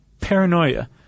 paranoia